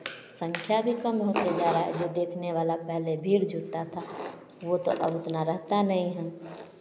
संख्या भी कम होती जा रहा है जो देखने वाला पहले भीड़ जुटता था वो तो अब उतना रहता नहीं है